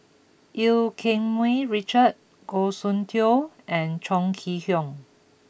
Eu Keng Mun Richard Goh Soon Tioe and Chong Kee Hiong